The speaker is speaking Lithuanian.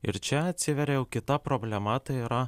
ir čia atsiveria jau kita problema tai yra